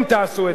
אם תעשו את זה.